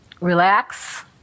relax